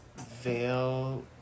veil